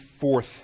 fourth